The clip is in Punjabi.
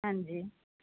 ਹਾਂਜੀ